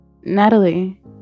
Natalie